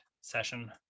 session